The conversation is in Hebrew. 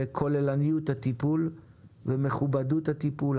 כוללנות הטיפול ומכובדות הטיפול,